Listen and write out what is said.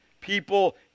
people